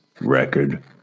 record